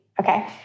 okay